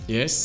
Yes